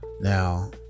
Now